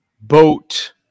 Boat